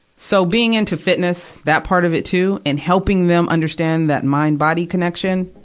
so, being in to fitness, that part of it, too, and helping them understand that mind-body connection,